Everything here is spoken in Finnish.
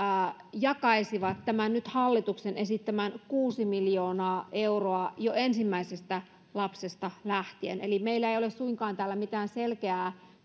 jakaisivat tämän nyt hallituksen esittämän kuusi miljoonaa euroa jo ensimmäisestä lapsesta lähtien eli meillä ei ole suinkaan täällä mitään selkeää